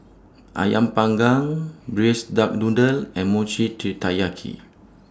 Ayam Panggang Braised Duck Noodle and Mochi Taiyaki